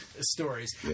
stories